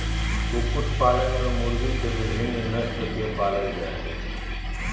कुकुट पालन में मुर्गी के विविन्न नस्ल के पालल जा हई